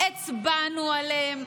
הצבענו עליהן,